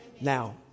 now